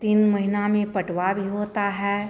तीन महीने में पटवा भी होता है